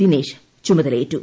ദിനേശ് ചുമതലയേറ്റു